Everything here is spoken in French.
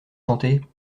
chanter